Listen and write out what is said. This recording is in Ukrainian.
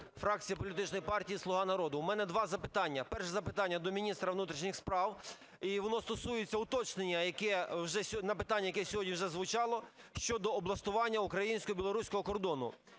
фракція політичної партії "Слуга народу". У мене два запитання. Перше запитання до міністра внутрішніх справ, і воно стосується уточнення на питання, яке сьогодні вже звучало, щодо облаштування українсько-білоруського кордону.